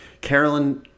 Carolyn